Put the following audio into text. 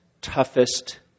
toughest